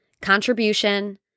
contribution